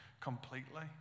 completely